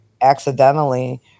accidentally